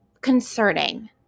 concerning